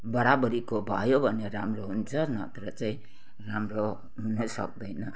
बराबरीको भयो भने राम्रो हुन्छ नत्र चाहिँ राम्रो हुनु सक्दैन